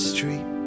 Street